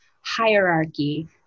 hierarchy